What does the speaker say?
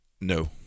No